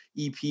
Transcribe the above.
EP